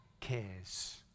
cares